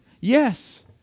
Yes